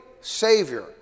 Savior